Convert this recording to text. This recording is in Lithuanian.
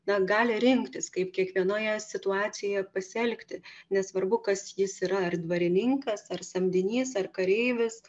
na gali rinktis kaip kiekvienoje situacijoje pasielgti nesvarbu kas jis yra ar dvarininkas ar samdinys ar kareivis